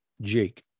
Jake